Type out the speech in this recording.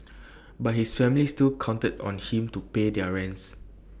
but his family still counted on him to pay their rents